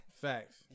Facts